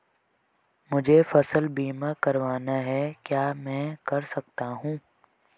मुझे फसल बीमा करवाना है क्या मैं कर सकता हूँ?